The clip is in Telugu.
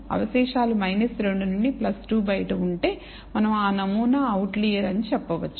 అవశేషాలు 2 నుండి 2 బయట ఉంటే మనం ఆ నమూనా అవుట్లియర్ అని చెప్పవచ్చు